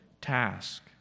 task